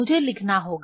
मुझे लिखना होगा